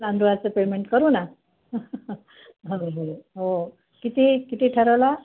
तांदूळाचं payment करू ना हं हो हो हो किती किती ठरवला